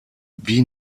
wie